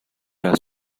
are